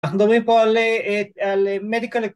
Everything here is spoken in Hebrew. אנחנו מדברים פה על אהה מדיקל...